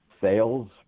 sales